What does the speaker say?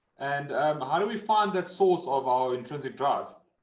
and um how do we find that source of our intrinsic drive?